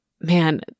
man